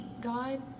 God